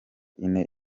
ine